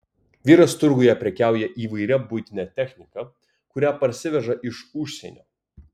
vyras turguje prekiauja įvairia buitine technika kurią parsiveža iš užsienio